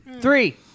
Three